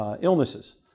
illnesses